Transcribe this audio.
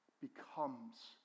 becomes